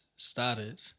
started